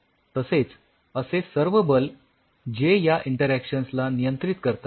तसेच असे सर्व बल जे या इंटरॅक्शन्स ला नियंत्रित करतात